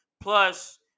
plus